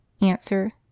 Answer